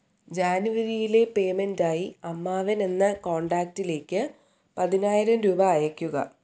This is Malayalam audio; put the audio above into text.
ജനുവരിയിലെ പേമെൻറ്റായി അമ്മാവനെന്ന കോണ്ടാക്റ്റിലേക്കു പതിനായിരം രൂപ അയയ്ക്കുക